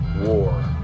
war